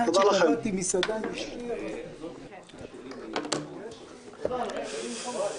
בשעה 17:51)